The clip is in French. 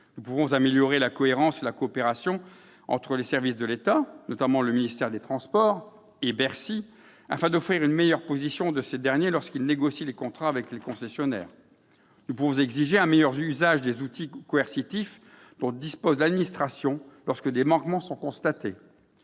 Nous pouvons améliorer la cohérence et la coopération entre les services de l'État et, notamment, entre le ministère des transports et Bercy, afin d'offrir une meilleure position à ces services lorsqu'ils négocient les contrats avec les concessionnaires. Nous pouvons exiger un meilleur usage des outils coercitifs dont dispose l'administration lorsque des manquements sont constatés